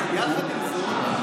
יחד עם זאת,